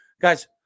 guys